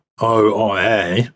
OIA